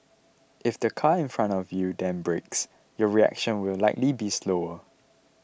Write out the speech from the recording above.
if the car in front of you then brakes your reaction will likely be slower